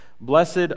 Blessed